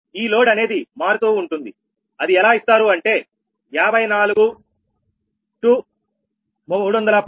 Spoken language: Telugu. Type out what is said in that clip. ఈ లోడ్ అనేది మారుతూ ఉంటుంది అది ఎలా ఇస్తారు అంటే 54−310 𝑀W